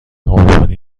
قربانی